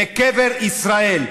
לקבר ישראל.